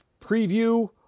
preview